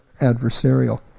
adversarial